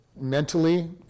mentally